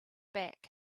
back